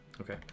Okay